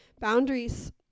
Boundaries